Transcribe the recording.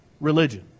religion